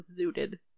zooted